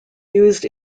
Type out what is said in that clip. used